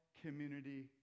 community